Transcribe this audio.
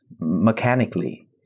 mechanically